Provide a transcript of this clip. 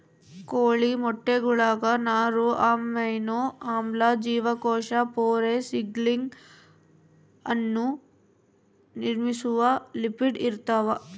ಕೋಳಿ ಮೊಟ್ಟೆಗುಳಾಗ ನಾರು ಅಮೈನೋ ಆಮ್ಲ ಜೀವಕೋಶ ಪೊರೆ ಸಿಗ್ನಲಿಂಗ್ ಅಣು ನಿರ್ಮಿಸುವ ಲಿಪಿಡ್ ಇರ್ತಾವ